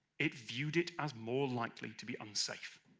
it viewed it as more likely to be unsafe.